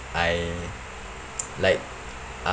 I like